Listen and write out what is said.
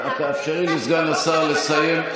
את תאפשרי לסגן השר לסיים.